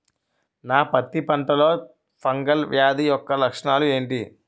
నా పత్తి పంటలో ఫంగల్ వ్యాధి యెక్క లక్షణాలు ఏంటి?